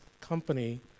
company